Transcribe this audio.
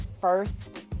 first